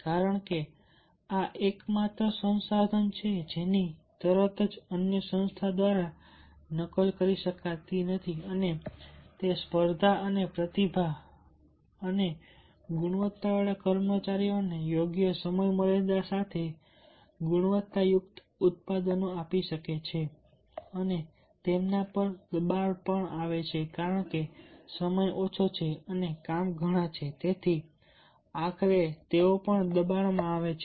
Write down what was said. કારણ કે આ એકમાત્ર સંસાધન છે જેની તરત જ અન્ય સંસ્થા દ્વારા નકલ કરી શકાતી નથી અને તે સ્પર્ધા અને પ્રતિભા અને ગુણવત્તાવાળા કર્મચારીઓને યોગ્ય સમયમર્યાદા સાથે ગુણવત્તાયુક્ત ઉત્પાદનો આપી શકે છે અને તેમના પર દબાણ પણ આવે છે કારણ કે સમય ઓછો છે અને કામ ઘણા છે તેથી આખરે તેઓ પણ દબાણમાં આવે છે